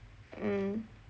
mm